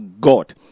God